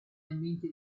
ambienti